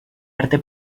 arte